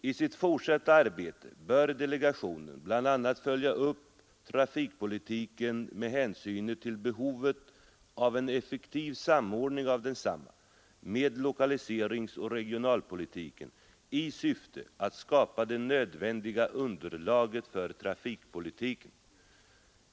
I sitt fortsatta arbete bör delegationen bl.a. följa upp trafikpolitiken med hänsyn till behovet av en effektiv samordning av densamma med lokaliseringsoch regionalpolitiken i syfte att skapa det nödvändiga underlaget för trafikpolitiken.